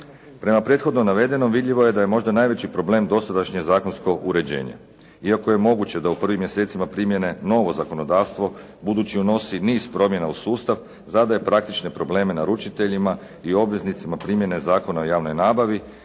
Prema prethodno navedenom vidljivo je da je možda najveći problem dosadašnjeg zakonskog uređenja iako je moguće da u prvim mjesecima primjene novo zakonodavstvo, budući unosi niz promjena u sustav zadaje praktične probleme naručiteljima i obveznicima primjene Zakona o javnoj nabavi,